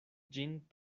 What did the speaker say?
ĝin